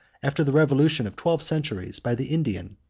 after the revolutions of twelve centuries, by the indian,